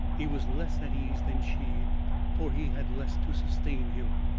he was less at ease than she for he had less to sustain him.